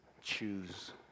Choose